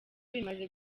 bimaze